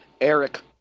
Eric